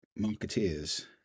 marketeers